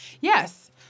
Yes